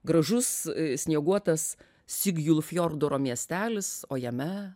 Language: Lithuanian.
gražus snieguotas sigjulfjordoro miestelis o jame